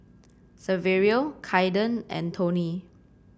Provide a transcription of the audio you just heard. Saverio Kaiden and Tony